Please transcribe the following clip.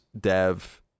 dev